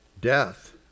death